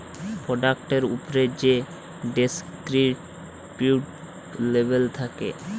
পরডাক্টের উপ্রে যে ডেসকিরিপ্টিভ লেবেল থ্যাকে